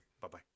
Bye-bye